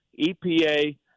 epa